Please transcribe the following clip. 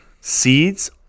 seeds